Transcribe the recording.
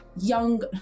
young